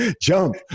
jump